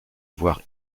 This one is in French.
voire